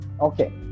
Okay